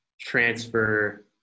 transfer